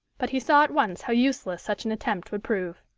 but he saw at once how useless such an attempt would prove.